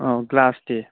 ꯑꯧ ꯒ꯭ꯂꯥꯁꯇꯤ